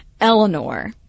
Eleanor